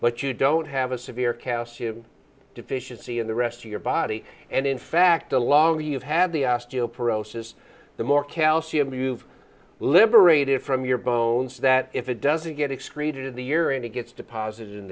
but you don't have a severe calcium deficiency in the rest of your body and in fact the longer you have the osteoporosis the more calcium you've liberated from your bones that if it doesn't get excrete in the year and it gets deposited in